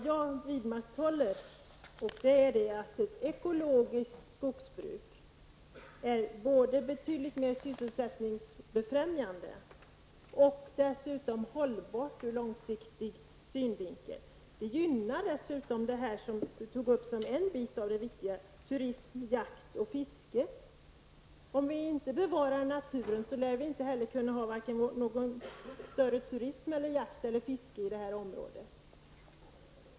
Jag vidhåller att ett ekologiskt skogsbruk är betydligt mer sysselsättningsbefrämjande och hållbart ur långsiktig synvinkel. Det gynnar dessutom turism, jakt och fiske. Om vi inte bevarar naturen lär vi inte heller kunna ha någon större verksamhet med turism, jakt eller fiske i området.